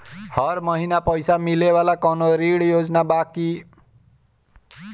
हर महीना पइसा मिले वाला कवनो ऋण योजना बा की?